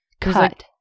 Cut